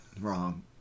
Wrong